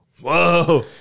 Whoa